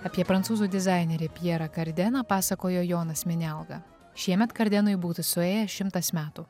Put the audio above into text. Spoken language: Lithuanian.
apie prancūzų dizainerį pjerą kardeną pasakojo jonas minelga šiemet kardenui būtų suėję šimtas metų